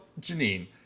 Janine